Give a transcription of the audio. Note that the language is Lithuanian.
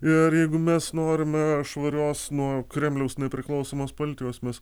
ir jeigu mes norime švarios nuo kremliaus nepriklausomos politikos mes